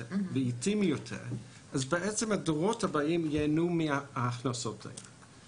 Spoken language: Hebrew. ואיטיים יותר אז בעצם הדורות הבאים ייהנו מההכנסות האלה.